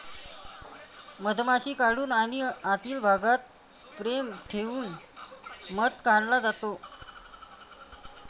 मधमाशी काढून आणि आतील भागात फ्रेम ठेवून मध काढला जातो